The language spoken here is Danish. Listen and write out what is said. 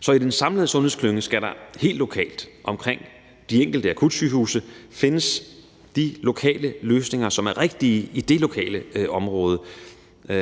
Så i den samlede sundhedsklynge skal der helt lokalt omkring de enkelte akutsygehuse findes de lokale løsninger, som er rigtige i det lokale område, og